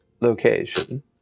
location